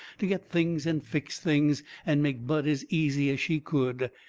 to get things and fix things, and make bud as easy as she could,